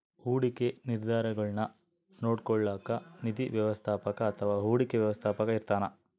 ಹೂಡಿಕೆ ನಿರ್ಧಾರಗುಳ್ನ ನೋಡ್ಕೋಳೋಕ್ಕ ನಿಧಿ ವ್ಯವಸ್ಥಾಪಕ ಅಥವಾ ಹೂಡಿಕೆ ವ್ಯವಸ್ಥಾಪಕ ಇರ್ತಾನ